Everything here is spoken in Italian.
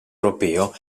europeo